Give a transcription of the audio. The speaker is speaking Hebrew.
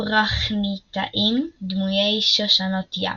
פרחניתאים דמויי שושנות ים.